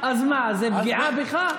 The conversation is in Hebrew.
אז מה, אז זה פגיעה בך?